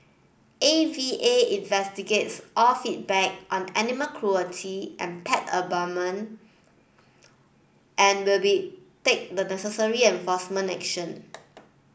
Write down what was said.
A V A investigates all feedback on animal cruelty and pet abandonment and will be take the necessary enforcement action